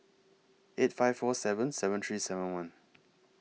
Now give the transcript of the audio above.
eight five four seven seven three seven one